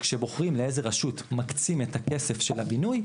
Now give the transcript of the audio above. כשבוחרים לאיזה רשות מקצים את הכסף של הבינוי,